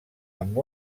amb